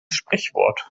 sprichwort